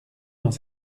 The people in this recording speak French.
dans